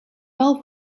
wel